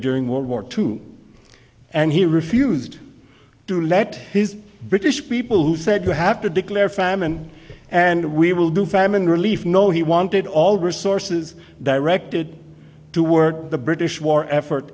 during world war two and he refused to let his british people who said you have to declare famine and we will do famine relief no he wanted all resources directed to work the british war effort